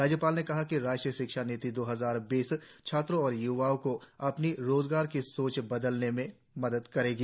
राज्यपाल ने कहा कि राष्ट्रीय शिक्षा नीति दो हजार बीस छात्रों और युवाओं को अपनी रोजगार की सोच बदलने में मदद करेगी